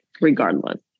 regardless